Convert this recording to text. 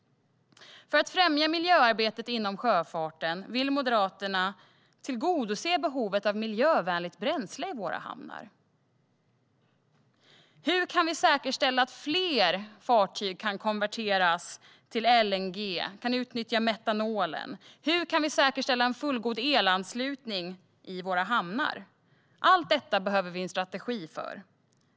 För att främja miljöarbetet inom sjöfarten vill Moderaterna tillgodose behovet av miljövänligt bränsle i våra hamnar. Hur kan vi säkerställa att fler fartyg kan konverteras till LNG och kan utnyttja metanolen? Hur kan vi säkerställa en fullgod elanslutning i våra hamnar? Allt detta behöver vi en strategi för.